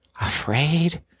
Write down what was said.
Afraid